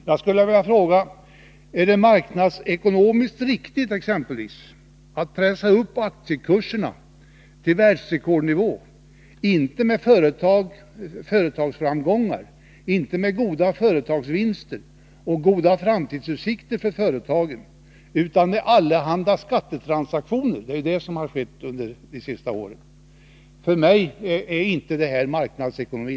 Jag skulle vilja fråga: Är det exempelvis marknadsekonomiskt riktigt att pressa upp aktiekurserna till världsrekordnivå, inte med företagsframgångar och inte med goda företagsvinster och ljusa framtidsutsikter för företagen, utan med allehanda skattetransaktioner? — det är ju det som har skett under det senaste året. Enligt min mening är det inte heller här fråga om marknadsekonomi.